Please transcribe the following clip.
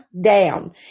down